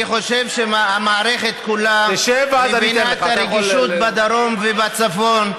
אני חושב שהמערכת כולה מבינה את הרגישות בדרום ובצפון,